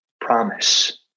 promise